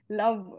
love